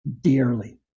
dearly